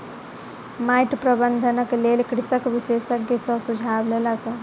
माइट प्रबंधनक लेल कृषक विशेषज्ञ सॅ सुझाव लेलक